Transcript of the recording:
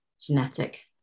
genetic